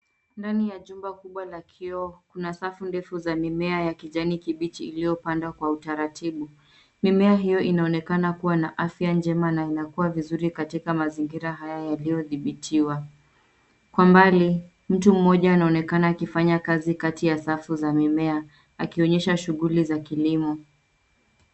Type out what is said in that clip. Ndani ya jumba kubwa ya kioo, kuna safu za mimea ya kijani kibichi iliyopandwa kwa utaratibu. Mimea hiyo inaonekana na afya njema na inakua vizuri katika mazingira haya yaliyodhibitiwa. Kwa mbali mtu mmoja anaonekana akifanya kazi kati ya safu za mimea akionyesha shughuli za kilimo.